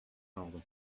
ordre